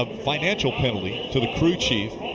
ah financial penalty to the crew chief.